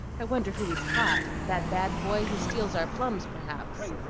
i wonder who he's caught? that bad boy who steals our plums, perhaps.